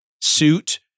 suit